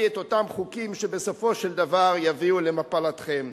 את אותם חוקים שבסופו של דבר יביאו למפלתכם?